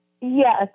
Yes